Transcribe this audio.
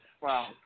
Wow